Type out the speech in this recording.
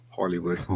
Hollywood